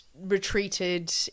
retreated